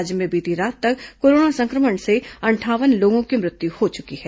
राज्य में बीती रात तक कोरोना संक्रमण से अंठावन लोगों की मृत्यु हो चुकी है